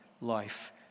life